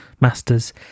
masters